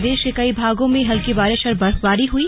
प्रदेश के कई भागों में हल्की बारिश और बर्फबारी हुई